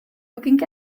looking